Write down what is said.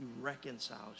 reconciles